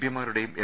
പിമാരുടേയും M